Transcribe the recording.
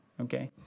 okay